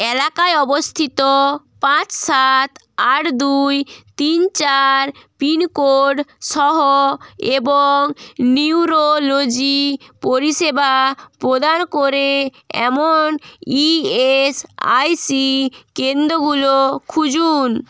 Ilkay অবস্থিত পাঁচ সাত আট দুই তিন চার পিন কোড সহ এবং নিউরোলজি পরিষেবা প্রদান করে এমন ইএসআইসি কেন্দ্রগুলো খুঁজুন